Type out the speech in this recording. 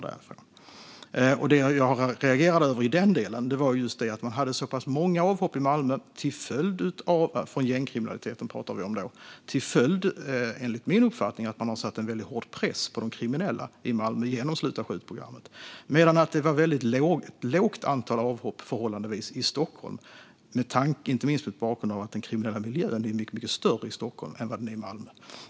Det jag reagerade över i den delen var just att man hade så pass många avhopp från gängkriminaliteten i Malmö, enligt min uppfattning till följd av att man har satt en väldigt hård press på de kriminella i Malmö genom Sluta skjut-programmet. I Stockholm var det däremot ett förhållandevis lågt antal avhopp, inte minst mot bakgrund av att den kriminella miljön är mycket större i Stockholm än vad den är i Malmö.